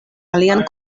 alian